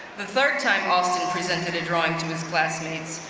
the third time austin presented a drawing to his classmates,